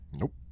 Nope